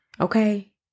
okay